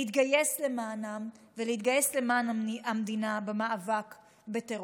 להתגייס למענם ולהתגייס למען המדינה במאבק בטרור.